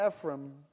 Ephraim